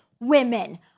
Women